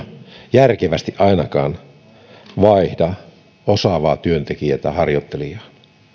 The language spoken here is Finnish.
järkevästi ainakaan vaihda osaavaa työntekijää harjoittelijaan tämän